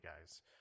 guys